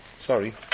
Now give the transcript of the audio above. sorry